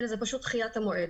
אלא זה פשוט דחיית המועד.